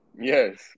Yes